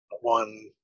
one